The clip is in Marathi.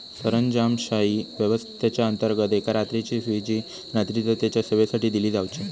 सरंजामशाही व्यवस्थेच्याअंतर्गत एका रात्रीची फी जी रात्रीच्या तेच्या सेवेसाठी दिली जावची